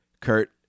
Kurt